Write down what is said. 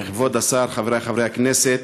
אדוני היושב-ראש, כבוד השר, חברי חברי הכנסת.